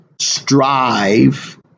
strive